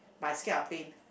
but I scared of pain